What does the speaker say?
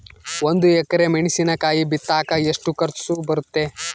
ಒಂದು ಎಕರೆ ಮೆಣಸಿನಕಾಯಿ ಬಿತ್ತಾಕ ಎಷ್ಟು ಖರ್ಚು ಬರುತ್ತೆ?